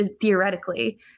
theoretically